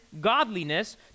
godliness